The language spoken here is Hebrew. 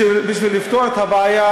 בשביל לפתור את הבעיה,